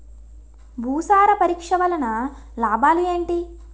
భూసార పరీక్ష వలన లాభాలు ఏంటి?